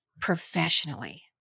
professionally